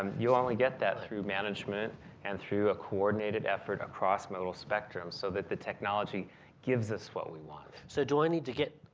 um you only get that through management and through a coordinated effort across modal spectrum. so that the technology gives us what we want. so do i need to get